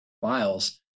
files